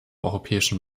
europäischen